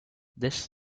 this